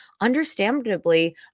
understandably